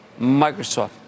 Microsoft